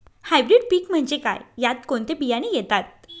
Hybrid पीक म्हणजे काय? यात कोणते बियाणे येतात?